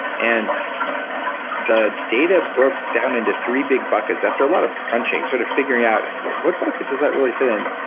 and the data broke down into three big buckets after a lot of crunching, sort of figuring out what bucket does that really fit in.